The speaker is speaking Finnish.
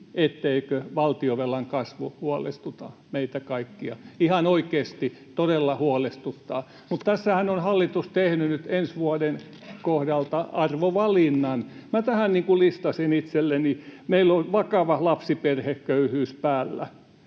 etteikö valtionvelan kasvu huolestuta meitä kaikkia, ihan oikeasti todella huolestuttaa, mutta tässähän on hallitus tehnyt nyt ensi vuoden kohdalta arvovalinnan. Minä tähän listasin itselleni: meillä on vakava lapsiperheköyhyys päällä,